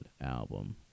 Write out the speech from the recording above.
album